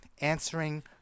Answering